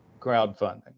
crowdfunding